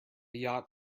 yacht